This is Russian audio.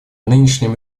нынешнем